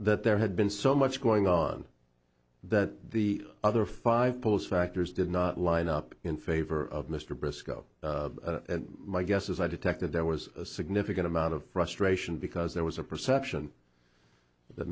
that there had been so much going on that the other five pows factors did not line up in favor of mr briscoe and my guess is i detected there was a significant amount of frustration because there was a perception that